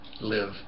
Live